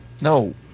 No